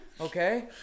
okay